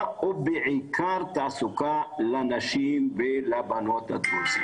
ובעיקר תעסוקה לנשים ולבנות הדרוזיות.